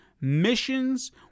missions